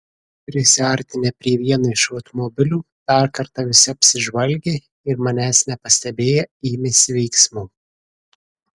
prisiartinę prie vieno iš automobilių dar kartą visi apsižvalgė ir manęs nepastebėję ėmėsi veiksmų